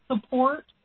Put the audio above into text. support